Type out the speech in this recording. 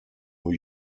new